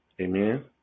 Amen